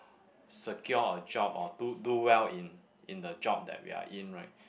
secure a job or do do well in in the job that we are in right